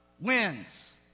wins